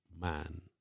man